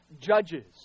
judges